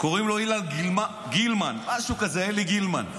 קוראים לו אילן גילמן, משהו כזה, אלי גילמן.